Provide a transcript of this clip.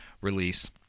release